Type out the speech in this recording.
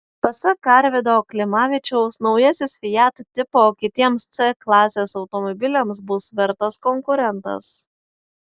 pasak arvydo klimavičiaus naujasis fiat tipo kitiems c klasės automobiliams bus vertas konkurentas